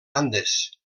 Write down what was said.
andes